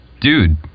dude